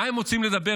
על מה הם מוצאים לדבר?